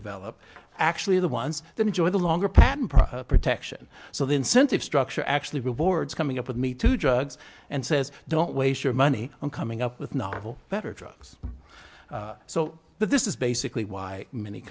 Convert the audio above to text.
develop actually the ones that enjoy the longer patent protection so the incentive structure actually rewards coming up with me too drugs and says don't waste your money on coming up with novel better drugs so that this is basically why many